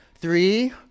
Three